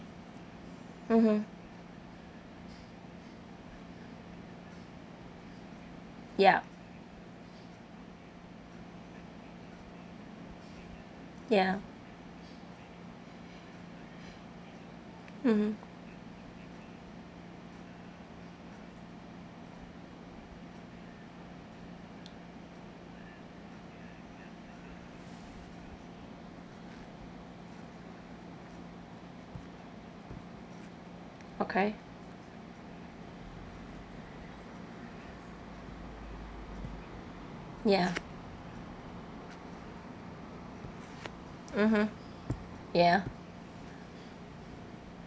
mmhmm yup ya mmhmm okay ya mmhmm ya